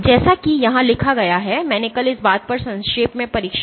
जैसा कि यहां लिखा गया है और मैंने कल इस बात पर संक्षेप में परीक्षण किया